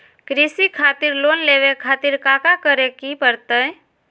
कृषि खातिर लोन लेवे खातिर काका करे की परतई?